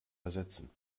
ersetzen